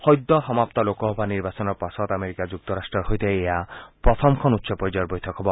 সদ্যসমাপ্ত লোকসভা নিৰ্বাচনৰ পাছত আমেৰিকা যুক্তৰাট্টৰ সৈতে এয়া প্ৰথমখন উচ্চ পৰ্যায়ৰ বৈঠক হ'ব